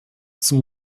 zum